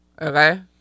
Okay